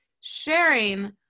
sharing